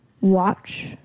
watch